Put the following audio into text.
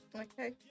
Okay